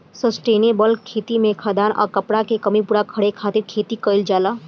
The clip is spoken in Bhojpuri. सस्टेनेबल खेती में खाद्यान आ कपड़ा के कमी पूरा करे खातिर खेती कईल जाला